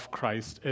Christ